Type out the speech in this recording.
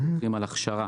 ואנחנו מדברים על הכשרה.